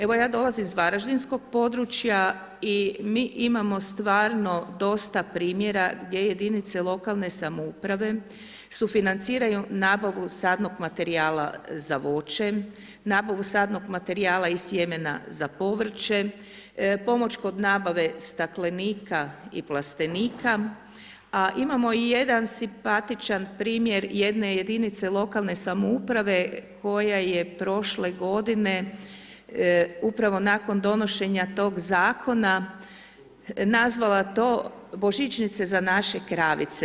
Evo ja dolazim iz varaždinskog područja i mi imamo stvarno dosta primjera gdje jedinice lokalne samouprave sufinanciraju nabavu sadnog materijala za voće, nabavu sadnog materijala iz sjemena za povrće, pomoć kod nabave staklenika i plastenika a imamo i jedan simpatičan primjer jedne jedinice lokalne samouprave koja je prošle godine upravo nakon donošenja tog zakona nazvala to božićnice za naše kravice.